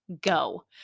go